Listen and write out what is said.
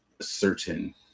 certain